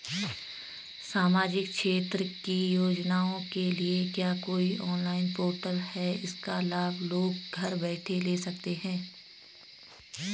सामाजिक क्षेत्र की योजनाओं के लिए क्या कोई ऑनलाइन पोर्टल है इसका लाभ लोग घर बैठे ले सकते हैं?